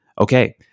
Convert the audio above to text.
Okay